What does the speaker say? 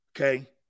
Okay